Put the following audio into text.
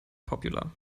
popular